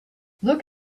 look